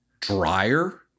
drier